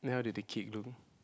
then how did they cake look